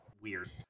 weird